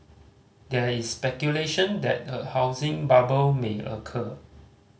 there is speculation that a housing bubble may occur